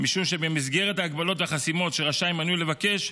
משום שבמסגרת ההגבלות והחסימות שמנוי רשאי לבקש,